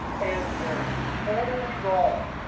and they're totally wrong,